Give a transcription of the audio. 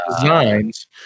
designs